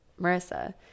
Marissa